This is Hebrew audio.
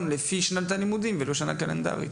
לפי שנת הלימודים ולא לפי שנה קלנדרית,